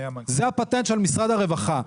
זה הפטנט של משרד הרווחה.